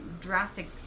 drastic